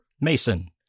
Mason